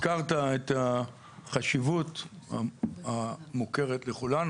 הזכרת את החשיבות המוכרת לכולנו,